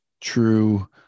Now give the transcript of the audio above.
true